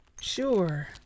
Sure